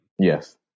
Yes